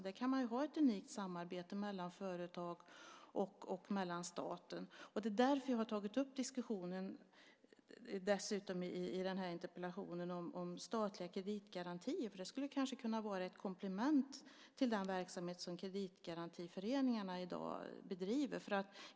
Där kan man ha ett unikt samarbete mellan företag och staten, och det är därför jag i interpellationen även tagit upp diskussionen om statliga kreditgarantier. Det skulle kanske kunna vara ett komplement till den verksamhet som kreditgarantiföreningarna bedriver i dag.